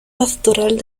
pastoral